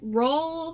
roll